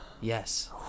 Yes